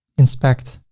inspect,